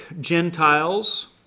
Gentiles